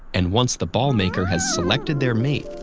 and once the ball-maker has selected their mate,